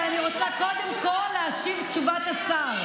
אבל אני רוצה קודם כול להציג את תשובת השר.